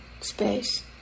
space